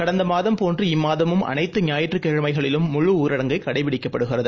கடந்தமாதம் போன்று இம்மாதமும் அனைத்து ஞாயிற்றுக்கிழமைகளிலும் முழுஊரடங்கு கடைபிடிக்கப்படுகிறது